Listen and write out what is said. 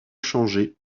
changé